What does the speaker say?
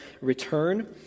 return